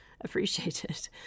appreciated